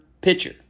pitcher